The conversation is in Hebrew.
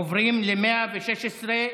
עוברים ל-116,